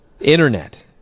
internet